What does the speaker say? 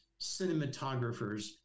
cinematographers